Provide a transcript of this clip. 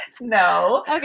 No